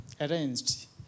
arranged